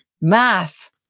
Math